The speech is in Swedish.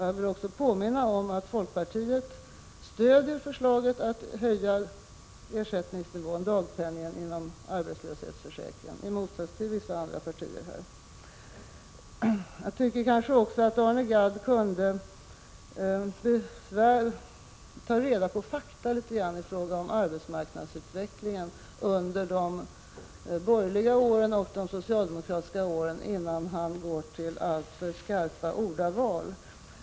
Jag vill också påminna om att folkpartiet — i motsats till vissa andra partier — stöder förslaget om höjning av dagpenningen inom arbetslöshetsförsäkringen. Jag tycker vidare att Arne Gadd kunde göra sig besväret att ta reda på en del fakta om utvecklingen på arbetsmarknaden under de borgerliga åren resp. under de socialdemokratiska åren innan han väljer så skarpa ordalag.